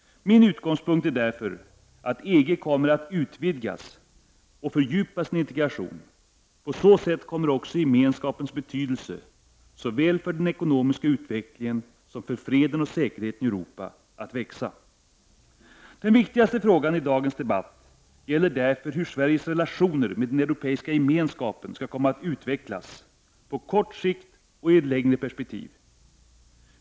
Min utgångspunkt är därför att EG både kommer att utvidgas och att integrationen kommer att fördjupas. På så sätt kommer också gemenskapens betydelse, såväl för den ekonomiska utvecklingen som för freden och säkerheten i Europa, att växa. Den viktigaste frågan i dagens debatt gäller därför hur Sveriges relationer med den europeiska gemenskapen skall komma att utvecklas, såväl på kort sikt som i ett längre perspektiv.